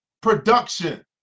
production